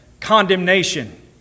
condemnation